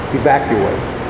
evacuate